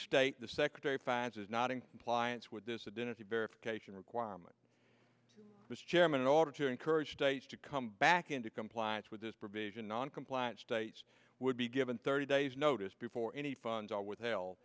state the secretary finds is not in clients would this it in if you verification requirement was chairman in order to encourage states to come back into compliance with this provision non compliant states would be given thirty days notice before any funds are with